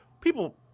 People